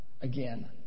Again